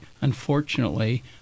unfortunately